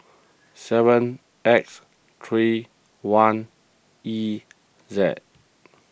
seven X three one E Z